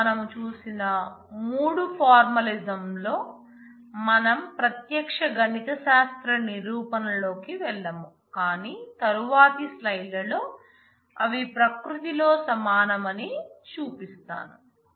ఇప్పుడు మనం చూసిన మూడు ఫార్మాలిజమ్స్ లో మనం ప్రత్యక్ష గణిత శాస్త్ర నిరూపణల లోకి వెళ్ళము కానీ తరువాతి రెండు స్లైడ్లలో అవి ప్రకృతిలో సమానమని నేను చూపిస్తాను